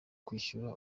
kwishyura